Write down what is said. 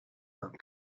are